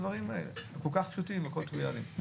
הדברים האלה הכל כך פשוטים וכל כך טריוויאליים.